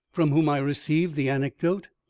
from whom i received the anecdote,